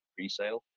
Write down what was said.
presale